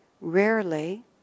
Rarely